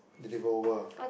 deliver over ah